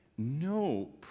no